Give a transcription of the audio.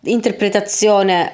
interpretazione